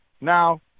Now